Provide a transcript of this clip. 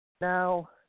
Now